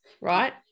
right